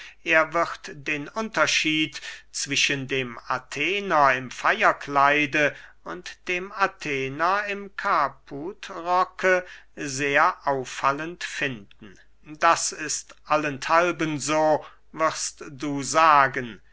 er wird den unterschied zwischen dem athener im feierkleide und dem athener im kaputrocke sehr auffallend finden das ist allenthalben so wirst du sagen